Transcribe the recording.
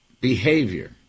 behavior